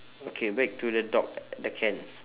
okay back to the dog the cans